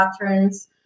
patterns